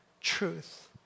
truth